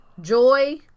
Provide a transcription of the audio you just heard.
Joy